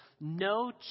no